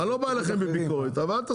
עשה